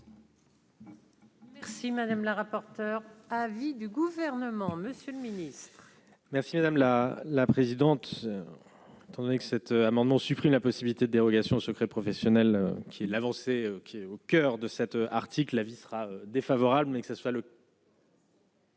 Merci madame la rapporteure avis du Gouvernement Monsieur le Ministre. Merci madame la la présidente tandis que cet amendement supprime la possibilité de dérogation au secret professionnel, qui est l'avancée qui est au coeur de cette article avis sera défavorable